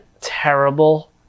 terrible